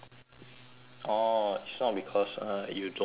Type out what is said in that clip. orh it's not because uh you don't want to buy ah